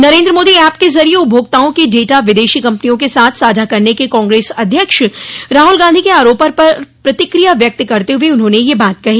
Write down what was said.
Narendra Modi app के जरिये उपभोक्ताओं के डेटा विदेशी कम्पनियों के साथ साझा करने के कांग्रेस अध्यक्ष राहुल गांधी के आरोपों पर प्रतिक्रिया व्यक्त करते हुए उन्होंने यह बात कही